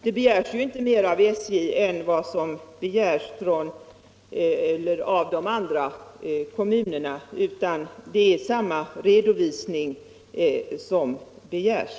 Det begärs inte mer av SJ än av de andra trafikföretagen, utan det är samma redovisning som begärs.